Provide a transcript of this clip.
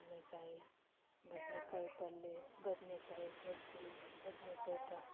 ಬದನೇ ಕಾಯಿ ಬದನೇ ಕಾಯಿ ಪಲ್ಯ ಬದನೇ ಕಾಯಿ ಗೊಜ್ಜು ಬದನೇ ಕಾಯಿ ಪತ್ತ